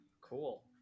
Cool